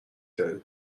داریم